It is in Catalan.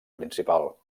principal